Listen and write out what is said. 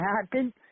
happen